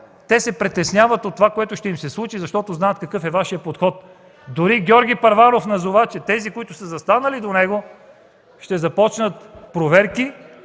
се притесняват от това, което ще им се случи, защото знаят какъв е Вашият подход. Дори Георги Първанов каза, че за тези, които са застанали до него, ще започнат проверки.